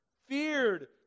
Feared